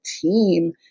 team